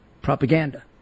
propaganda